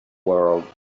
world